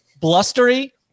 blustery